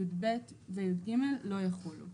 (יב) ו-(יג) לא יחולו.